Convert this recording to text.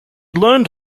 learned